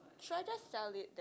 should I just sell it then